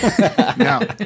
No